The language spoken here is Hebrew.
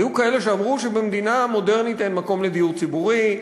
היו כאלה שאמרו שבמדינה מודרנית אין מקום לדיור ציבורי,